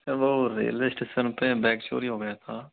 sir वो railway station पे bag चोरी हो गया था